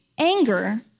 anger